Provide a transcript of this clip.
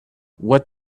what